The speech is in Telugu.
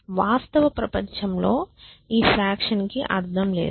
వాస్తవ ప్రపంచంలో ఈ ఫ్రాక్షన్ కి అర్థం లేదు